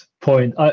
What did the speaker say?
point